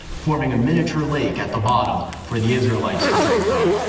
forming a miniature lake at the bottom for the israelites to drink from.